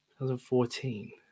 2014